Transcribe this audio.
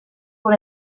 con